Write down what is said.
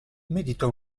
meditó